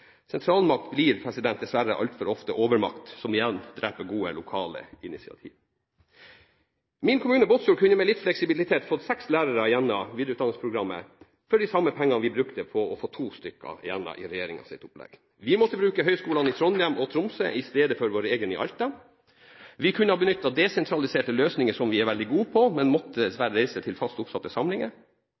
Sentralmakt blir dessverre altfor ofte overmakt, som igjen dreper gode lokale initiativer. Min kommune, Båtsfjord, kunne med litt fleksibilitet fått seks lærere gjennom videreutdanningsprogrammet for de samme pengene vi brukte på å få to stykker gjennom i regjeringens opplegg. Vi måtte bruke høgskolene i Trondheim og Tromsø i stedet for vår egen i Alta. Vi kunne ha benyttet desentraliserte løsninger, som vi er veldig gode på, men måtte dessverre reise til fast oppsatte samlinger.